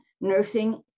nursing